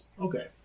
Okay